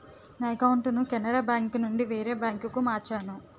నా అకౌంటును కెనరా బేంకునుండి వేరే బాంకుకు మార్చేను